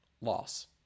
Loss